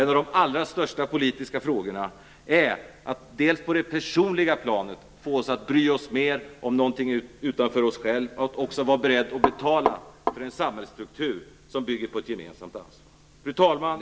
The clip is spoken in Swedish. En av de allra största politiska frågorna är att få oss att på det personliga planet bry oss mer om någonting utanför oss själva och att vi också skall vara beredda att betala för en samhällsstruktur som bygger på ett gemensamt ansvar. Fru talman!